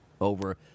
over